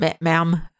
Ma'am